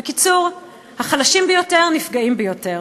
בקיצור, החלשים ביותר נפגעים ביותר.